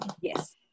yes